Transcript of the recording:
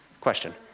Question